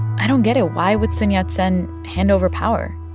i don't get it. why would sun yat-sen hand over power?